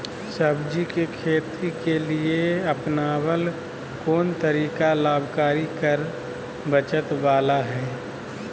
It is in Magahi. सब्जी के खेती के लिए अपनाबल कोन तरीका लाभकारी कर बचत बाला है?